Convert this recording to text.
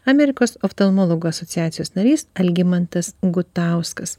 amerikos oftalmologų asociacijos narys algimantas gutauskas